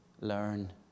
learn